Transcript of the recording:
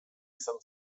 izan